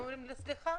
אומרים: סליחה,